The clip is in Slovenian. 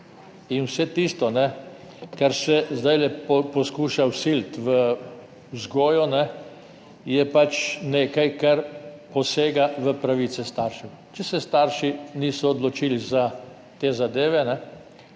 Vse tisto, kar se zdaj poskuša vsiliti v vzgojo, je pač nekaj, kar posega v pravice staršev. Če se starši niso odločili za te zadeve